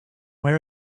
where